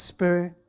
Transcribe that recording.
Spirit